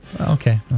Okay